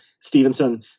Stevenson